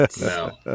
No